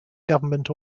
government